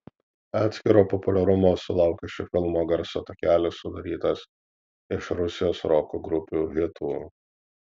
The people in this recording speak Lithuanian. atskiro populiarumo sulaukė šio filmo garso takelis sudarytas iš rusijos roko grupių hitų